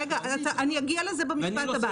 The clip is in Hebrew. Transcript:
אני אגיע לזה במשפט הבא.